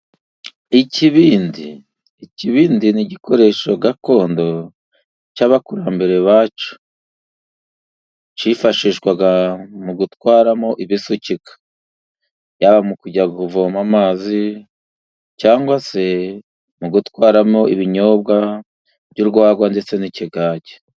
Ikibindi, ikibindi ni igikoresho gakondo cy'abakurambere . cyifashishwaga mu gutwaramo ibisukika yaba mu kujya kuvoma amazi cyangwa se mu gutwaramo ibinyobwa by'urwagwa ndetse n'ikigage.